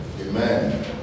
amen